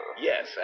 Yes